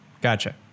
Gotcha